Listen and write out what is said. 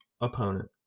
opponent